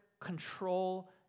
control